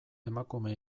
emakume